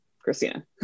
Christina